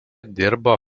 dirbo